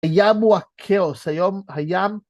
הים הוא הכאוס, היום/הים...